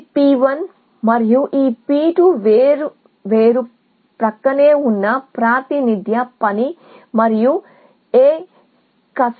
ఇది P 1 మరియు ఇది P 2 వేర్వేరు గా ప్రక్కనే ఉన్న అడ్జెన్సీ రీ ప్రెజెంటేషన్